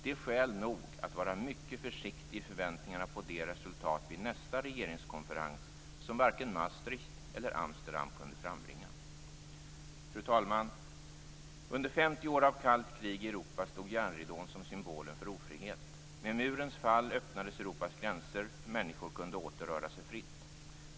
Det är skäl nog att vara mycket försiktig i förväntningarna på de resultat vid nästa regeringskonferens, som varken Maastricht eller Amsterdam kunde frambringa. Fru talman! Under 50 år av kallt krig i Europa stod järnridån som symbolen för ofrihet. Med murens fall öppnades Europas gränser, och människor kunde åter röra sig fritt.